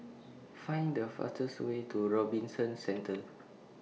Find The fastest Way to Robinson Centre